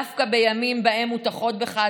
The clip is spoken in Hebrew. דווקא בימים שבהם מוטחות בך,